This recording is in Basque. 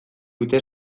duten